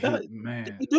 Man